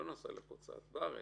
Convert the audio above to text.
הוא לא נסע לחו"ל, אלא בארץ.